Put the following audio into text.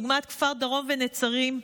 דוגמת כפר דרום ונצרים,